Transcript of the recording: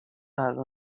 نذر